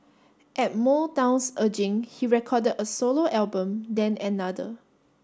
at Motown's urging he recorded a solo album then another